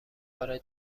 برای